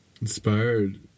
inspired